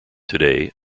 today